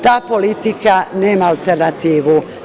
Ta politika nema alternativu.